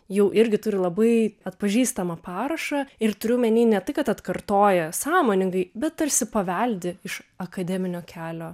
jau irgi turi labai atpažįstamą parašą ir turiu omeny ne tai kad atkartoja sąmoningai bet tarsi paveldi iš akademinio kelio